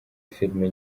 filime